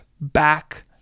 back